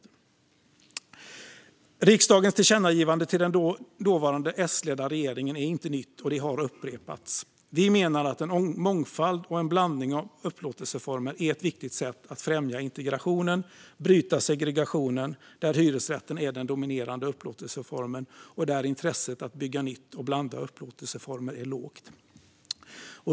Riksdagens tillkännagivande till den dåvarande S-ledda regeringen är inte nytt, och det har upprepats. Vi menar att en mångfald och en blandning av upplåtelseformer är ett viktigt sätt att främja integrationen och att bryta segregationen där hyresrätten är den dominerande upplåtelseformen och där intresset för att bygga nytt och blanda upplåtelseformer är lågt.